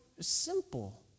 simple